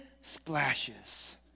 splashes